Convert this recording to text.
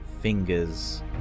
fingers